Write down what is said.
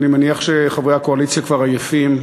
ואני מניח שחברי הקואליציה כבר עייפים.